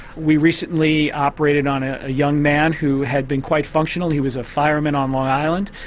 we recently operated on a young man who had been quite functional, he was a fireman on long island.